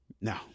No